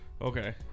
Okay